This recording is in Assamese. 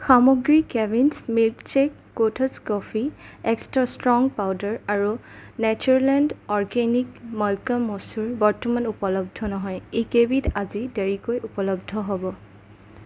সামগ্ৰী Cavin's milkshake Kothas coffee extra strong powder আৰু নেচাৰলেণ্ড অ'ৰ্গেনিক মাল্কা মচুৰ বৰ্তমান উপলব্ধ নহয় এইকেইবিধ আজি দেৰিকৈ উপলব্ধ হ'ব